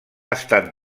estat